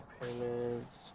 payments